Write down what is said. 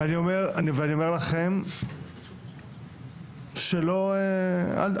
ואני אומר לכם שאל תיראו.